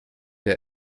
der